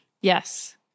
Yes